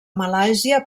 malàisia